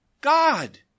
God